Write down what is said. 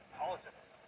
politics